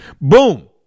boom